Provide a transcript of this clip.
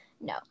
no